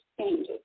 changes